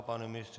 Pane ministře?